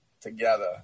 together